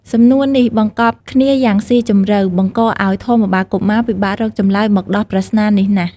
សំណួរនេះបង្កប់គ្នាយ៉ាងស៊ីជម្រៅ បង្កឱ្យធម្មបាលកុមារពិបាករកចម្លើយមកដោះប្រស្នានេះណាស់។